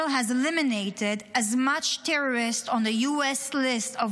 Israel has eliminated as much terrorists on the US list of